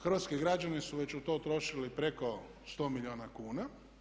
Hrvatski građani su već u to utrošili preko 100 milijuna kuna.